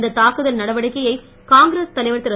இந்த தாக்குதல் நடவடிக்கையை காங்கிரஸ் தலைவர் திரு